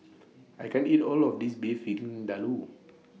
I can't eat All of This Beef Vindaloo